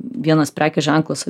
vienas prekės ženklas